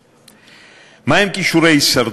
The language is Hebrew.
מה הם כישורי הישרדות?